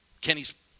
Kenny's